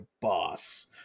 boss